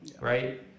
Right